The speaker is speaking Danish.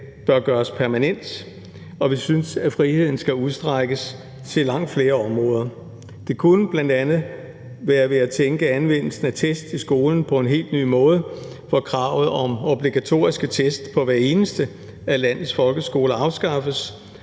bør gøres permanent, og vi synes, at friheden skal udstrækkes til langt flere områder. Det kunne bla. være ved at tænke anvendelsen af test i skolen på en helt ny måde, hvor kravet om obligatoriske test på hver eneste af landets folkeskoler afskaffes,